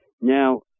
Now